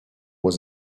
was